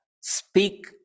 Speak